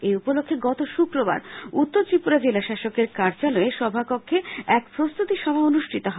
এই উপলক্ষে গত শুক্রবার উত্তর ত্রিপুরা জেলাশাসকের কার্যালয়ের সভাকক্ষে এক প্রস্তুতি সভা অনুষ্ঠিত হয়